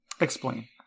explain